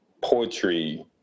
poetry